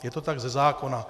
Je to tak ze zákona.